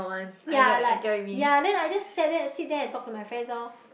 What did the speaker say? ya like ya then I just sat there sit there and talk to my friends loh